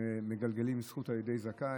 מגלגלים זכות על ידי זכאי,